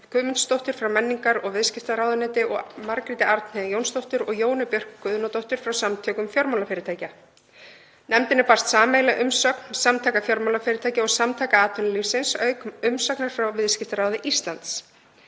Guðmundsdóttur frá menningar- og viðskiptaráðuneyti og Margréti Arnheiði Jónsdóttur og Jónu Björk Guðnadóttur frá Samtökum fjármálafyrirtækja. Nefndinni barst sameiginleg umsögn Samtaka fjármálafyrirtækja og Samtaka atvinnulífsins auk umsagnar frá Viðskiptaráði Íslands.